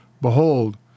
Behold